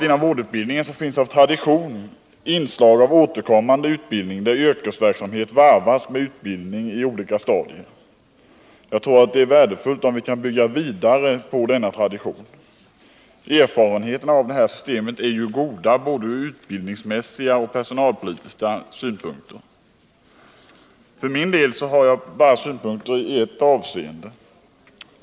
Inom vårdutbildningen finns av tradition inslag av återkommande utbildning, där yrkesverksamhet varvas med utbildning i olika stadier. Jag tror det är värdefullt om vi kan bygga vidare på denna tradition. Erfarenheterna av ett sådant system är goda både från utbildningsmässiga och från personalpolitiska synpunkter. För min del är jag kritisk bara i ett avseende.